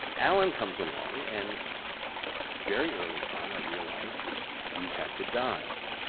alan comes along, and very early on, i realized we had to dine.